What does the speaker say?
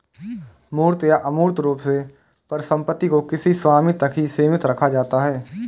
मूर्त या अमूर्त रूप से परिसम्पत्ति को किसी स्वामी तक ही सीमित रखा जाता है